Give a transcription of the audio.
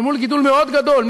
אל מול גידול מאוד גדול,